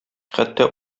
хәтта